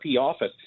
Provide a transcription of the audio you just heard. office